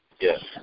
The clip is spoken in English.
Yes